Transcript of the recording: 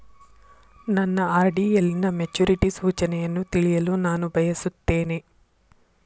ನನ್ನ ಆರ್.ಡಿ ಯಲ್ಲಿನ ಮೆಚುರಿಟಿ ಸೂಚನೆಯನ್ನು ತಿಳಿಯಲು ನಾನು ಬಯಸುತ್ತೇನೆ